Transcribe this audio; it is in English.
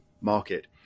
market